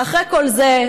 ואחרי כל זה,